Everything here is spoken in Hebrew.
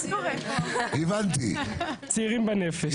צעירים בנפש.